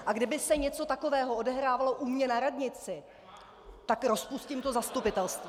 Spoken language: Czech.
A kdyby se něco takového odehrávalo u mě na radnici , tak rozpustím to zastupitelstvo.